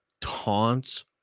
taunts